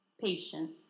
patience